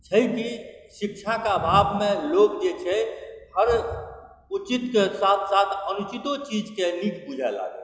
छै कि शिक्षाके अभावमे लोक जे छै हर उचितके साथ साथ अनुचितो चीजकेँ नीक बुझए लागत